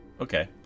Okay